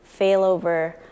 failover